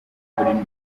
muri